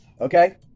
okay